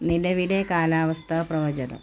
നിലവിലെ കാലാവസ്ഥാ പ്രവചനം